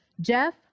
Jeff